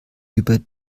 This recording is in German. über